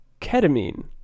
ketamine